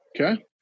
Okay